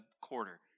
quarter